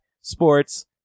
sports